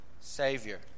Savior